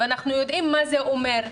אנחנו יודעים מה זה אומר,